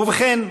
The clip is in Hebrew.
ובכן,